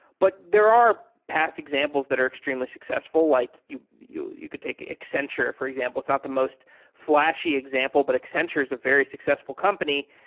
but there are past examples that are extremely successful, like you you could take accenture, for example. it's not the most fl ashy example, but accenture is a very successful company.